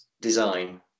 design